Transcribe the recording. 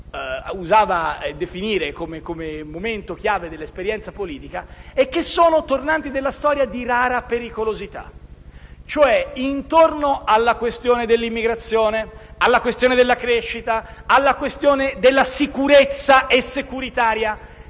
usava definire come momento chiave dell'esperienza politica e che sono tornanti della storia di rara pericolosità. Intorno alle questioni dell'immigrazione, della crescita, della sicurezza e securitaria